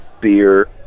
beer